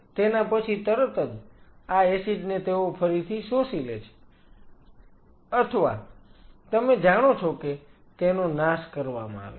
અને તેના પછી તરત જ આ એસિડ ને તેઓ ફરીથી શોષી લે છે અથવા તમે જાણો છો કે તેનો નાશ કરવામાં આવે છે